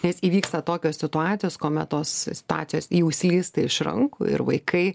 nes įvyksta tokios situacijos kuomet tos situacijos jau slysta iš rankų ir vaikai